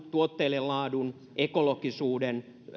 tuotteiden laadun ekologisuuden